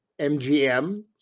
MGM